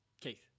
Keith